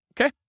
okay